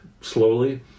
slowly